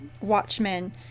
Watchmen